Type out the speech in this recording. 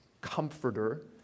comforter